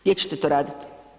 Gdje ćete to radit?